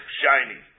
shiny